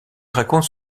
raconte